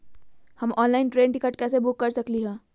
हम online train ticket कैसे book कर सकली हई?